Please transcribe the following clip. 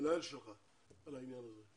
למנהל שלך על העניין הזה.